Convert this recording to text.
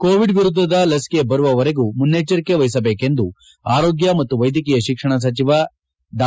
Covid ವಿರುದ್ಧದ ಲಸಿಕೆ ಬರುವವರೆಗೂ ಮುನ್ನಚ್ವರಿಕೆ ವಹಿಸಬೇಕೆಂದು ಆರೋಗ್ಯ ಮತ್ತು ವೈದ್ಯಕೀಯ ಶಿಕ್ಷಣ ಸಚಿವ ಡಾ